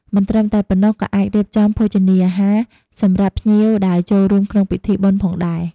មិនត្រឹមតែប៉ុណ្ណោះក៏អាចរៀបចំភោជនាហារសម្រាប់ភ្ញៀវដែលចូលរួមក្នុងពិធីបុណ្យផងដែរ។